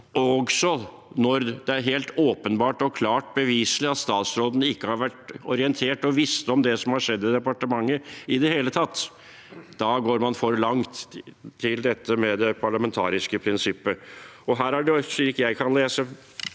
også når det er helt åpenbart og klart beviselig at statsråden ikke har vært orientert og ikke har visst om det som har skjedd i departementet i det hele tatt. Da går man for langt med hensyn til det parlamentariske prinsippet. Slik jeg leser